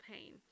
pain